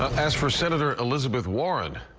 as for senator elizabeth warren,